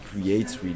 creates